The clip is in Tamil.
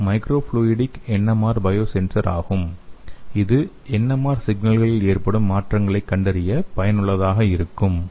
இது மைக்ரோஃப்ளூய்டிக் என்எம்ஆர் பயோசென்சர் ஆகும் இது என்எம்ஆர் சிக்னல்களில் ஏற்படும் மாற்றங்களைக் கண்டறிய பயனுள்ளதாக இருக்கும்